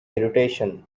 irritation